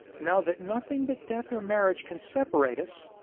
now that nothing but death or marriage can separate us,